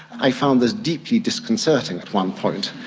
i found this deeply disconcerting at one point.